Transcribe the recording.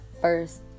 first